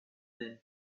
them